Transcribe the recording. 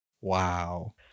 Wow